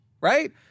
right